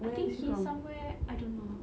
I think he's somewhere I don't know